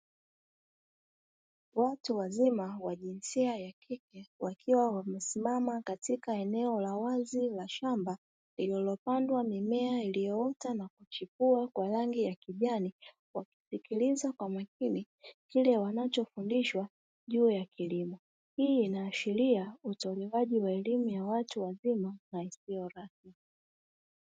Watu wazima wa jinsia ya kike wakiwa wamesimama katika eneo la wazi la shamba lililopandwa mimea iliyoota na kuchipua kwa rangi ya kijani, kwa kusikiliza kwa makini kile wanachofundishwa juu ya kilimo. Hii inaashiria utolewaji wa elimu ya watu wazima na isiyo rasmi.